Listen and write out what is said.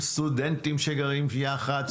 סטודנטים שגרים יחד,